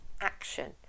action